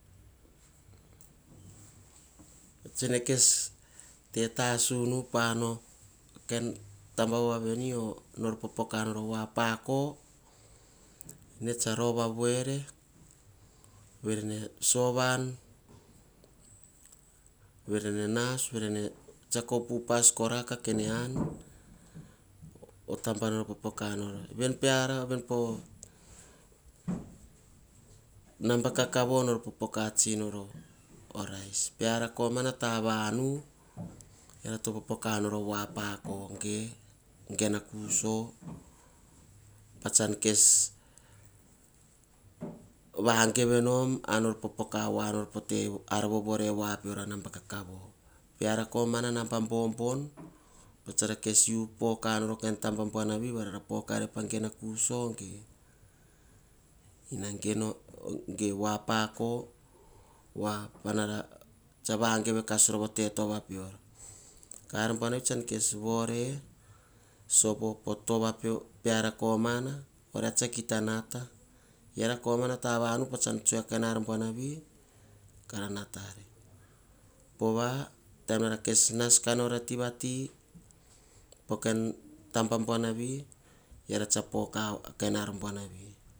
Patsone kes tetasu nu pa an o kain taba vi nor popoka nor o vuapako, eng tsa rova voere. Verene sovan verene nas. Verene tsiako upas koraka kene an an. O taba nor popoka nor. Naba kakavo to popoka nor o rais keara tavanu to popoka nora o voapako. Ge ogeno kuso. Patsan kes vageve nom ar popoka voa peor po te tava pior anaba kakavo. Peara komana naba babon, pa tsara kes poka nor o kain taba buanavi. Vara poka agena koso ge. Ge eno voapakoi voa tsara vageve kas rova o tetova pior. Ka ar buanavi tsan kes vore sopo tova peara komama. Oria tsa kita nata peara rova. Pene vati pe amamoto, sovanene koma vavu kai nu pa nor sese voa nor ane.